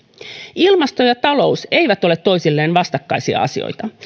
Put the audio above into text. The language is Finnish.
ilmasto ja talous eivät ole toisilleen vastakkaisia asioita